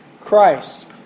Christ